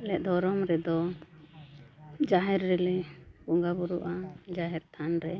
ᱟᱞᱮᱭᱟᱜ ᱫᱷᱚᱨᱚᱢ ᱨᱮᱫᱚ ᱡᱟᱦᱮᱨ ᱨᱮᱞᱮ ᱵᱚᱸᱜᱟᱼᱵᱩᱨᱩᱜᱼᱟ ᱡᱟᱦᱮᱨ ᱛᱷᱟᱱ ᱨᱮ